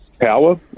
power